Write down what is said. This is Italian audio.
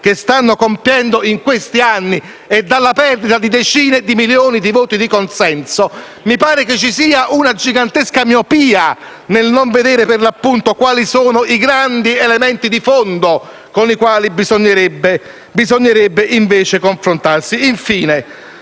che stanno compiendo in questi anni e dalla perdita di decine di milioni di voti di consenso, una gigantesca miopia nel non vedere quali sono i grandi elementi di fondo con cui bisognerebbe invece confrontarsi.